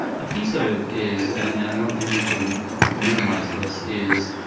a piece of it is and and i don't think we can minimize this is